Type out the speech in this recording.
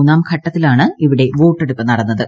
മൂന്നാം ഘട്ടത്തിലാണ് ഇവിടെ വോട്ടെടുപ്പ് നടന്നത്